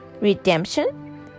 Redemption